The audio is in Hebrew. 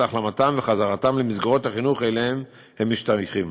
להחלמתם וחזרתם למסגרות החינוך שאליהן הם משתייכים.